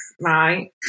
right